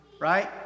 right